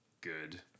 good